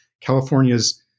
California's